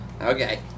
Okay